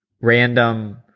random